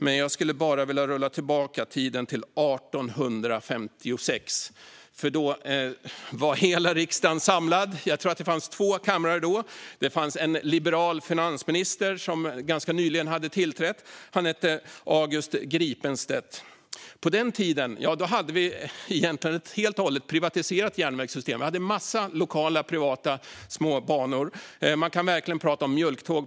Men jag skulle bara vilja rulla tillbaka tiden till 1856, då hela riksdagen var samlad. Jag tror att det fanns två kamrar då. Det var en liberal finansminister, August Gripenstedt, som ganska nyligen hade tillträtt. På den tiden hade vi egentligen ett helt och hållet privatiserat järnvägssystem. Vi hade en massa lokala, privata små banor. Man kan verkligen prata om mjölktåg.